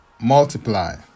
multiply